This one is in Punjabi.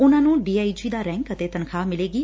ਉਨੂਾ ਨੂੰ ਡੀ ਆਈ ਜੀ ਦਾ ਰੈਂਕ ਅਤੇ ਤਨਖ਼ਾਹ ਮਿਲੇਗੀ